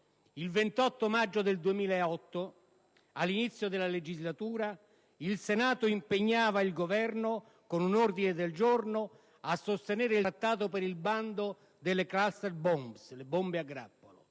Il 28 maggio 2008, all'inizio della legislatura, il Senato impegnava il Governo con un ordine del giorno a sostenere il Trattato per la messa al bando delle *cluster bomb* (le bombe a grappolo);